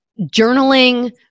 journaling